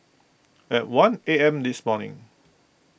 at one A M this morning